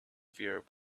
fear